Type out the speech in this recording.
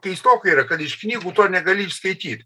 keistoka yra kad iš knygų to negali išskaityt